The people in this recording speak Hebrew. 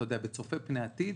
בצופה פני עתיד,